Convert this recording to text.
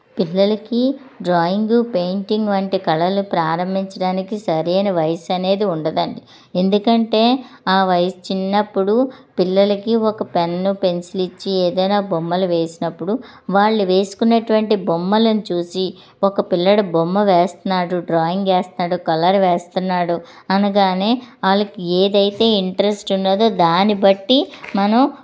పిల్లలకి drawing painting వంటి కళలు ప్రారంభించడానికి సరైన వయసు అనేది ఉండదండి ఎందుకంటే ఆ వయసు చిన్నప్పుడు పిల్లలకు ఒక పెన్ను పెన్సిల్ ఇచ్చి ఏదైన బొమ్మలు వేసినప్పుడు వాళ్ళు వేసుకునేటటువంటి బొమ్మలను చూసి ఒక పిల్లవాడు బొమ్మ వేస్తున్నాడు డ్రాయింగ్ వేస్తాడు కలర్ వేస్తున్నాడు అనగానే వాళ్ళకి ఏదైతే ఇంట్రెస్ట్ ఉన్నదో దాన్ని బట్టి మనం